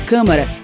Câmara